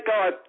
God